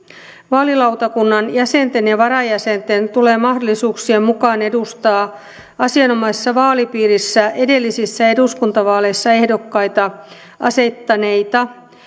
vaalilautakunnan jäsenten ja varajäsenten tulee mahdollisuuksien mukaan edustaa asianomaisessa vaalipiirissä edellisissä eduskuntavaaleissa ehdokkaita asettaneita